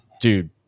dude